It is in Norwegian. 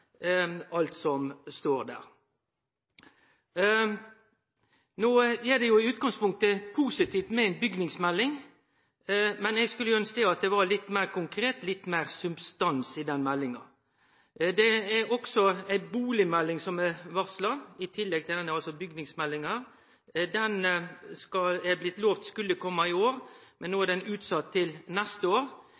alt som står der. Det er i utgangspunktet positivt med ei bygningsmelding, men eg skulle ønskt at ho var litt meir konkret, at det var litt meir substans i meldinga. Det er også varsla ei bustadmelding i tillegg til denne bygningsmeldinga. Det er blitt lovt at ho skulle kome i år, men no er ho utsett til neste år.